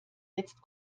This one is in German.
jetzt